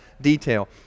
detail